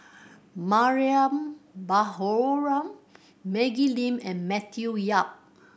Mariam Baharom Maggie Lim and Matthew Yap